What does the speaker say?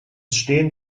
stehen